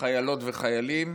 חיילות וחיילים,